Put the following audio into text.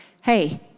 hey